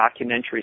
documentaries